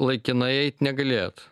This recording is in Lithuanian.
laikinai eit negalėjot